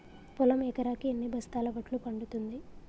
పొలం ఎకరాకి ఎన్ని బస్తాల వడ్లు పండుతుంది?